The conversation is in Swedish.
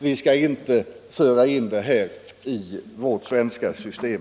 Vi skall då inte heller föra in hämnden som motiv för straff i vårt svenska system.